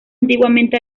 antiguamente